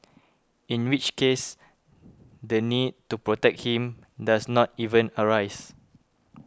in which case the need to protect him does not even arise